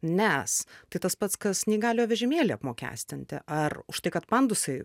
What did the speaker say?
nes tai tas pats kas neįgaliojo vežimėlį apmokestinti ar už tai kad pandusai